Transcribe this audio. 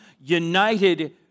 united